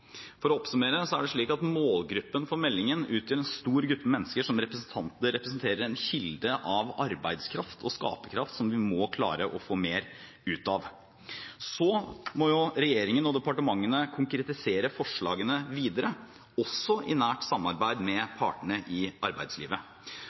For å oppsummere: Det er slik at målgruppen for meldingen utgjør en stor gruppe mennesker som representerer en kilde av arbeidskraft og skaperkraft som vi må klare å få mer ut av. Så må regjeringen og departementene konkretisere forslagene videre, også i nært samarbeid med